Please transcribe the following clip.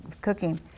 cooking